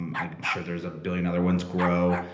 um i'm sure there's a billion other ones, grow.